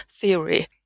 theory